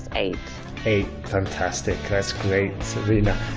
eight eight fantastic that's great sabrina